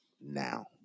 now